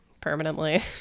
Permanently